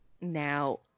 Now